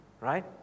right